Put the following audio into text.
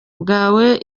bawe